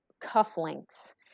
cufflinks